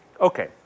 Okay